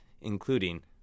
including